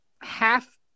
half